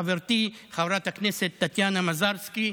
חברתי חברת הכנסת טטיאנה מזרסקי,